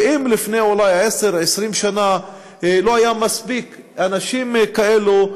ואם לפני עשר או 20 שנה לא היו מספיק אנשים כאלו,